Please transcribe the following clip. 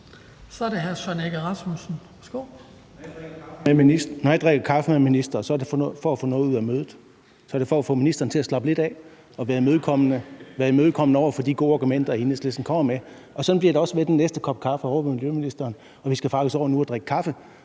Kl. 17:06 Søren Egge Rasmussen (EL): Når jeg drikker kaffe med ministeren, er det for at få noget ud af mødet. Så er det for at få ministeren til at slappe lidt af og være imødekommende over for de gode argumenter, Enhedslisten kommer med, og sådan bliver det også med den næste kop kaffe ovre hos miljøministeren. Vi skal faktisk over nu og drikke kaffe